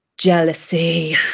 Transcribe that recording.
jealousy